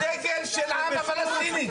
זה הדגל של העם הפלסטיני.